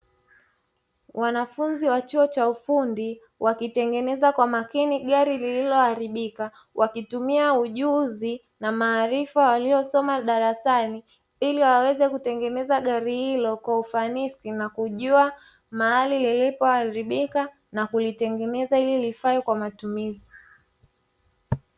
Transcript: Wanafunzi wa chuo cha ufundi wakitengeneza kwa makini gari lililoharibika, wakitumia ujuzi na maarifa waliosoma darasani ili waweze kutengeneza gari hilo kwa ufanisi na kujua mahali lilipoharibika na kulitengeneza ili lifae kwa matumizi.